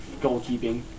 goalkeeping